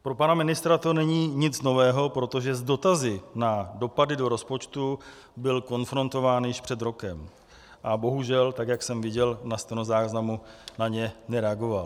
Pro pana ministra to není nic nového, protože s dotazy na dopady do rozpočtu byl konfrontován již před rokem a bohužel, tak jak jsem viděl na stenozáznamu, na ně nereagoval.